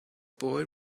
boy